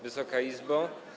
Wysoka Izbo!